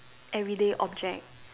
everyday object